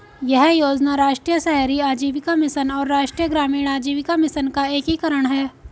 यह योजना राष्ट्रीय शहरी आजीविका मिशन और राष्ट्रीय ग्रामीण आजीविका मिशन का एकीकरण है